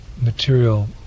material